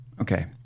Okay